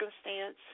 circumstance